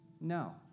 No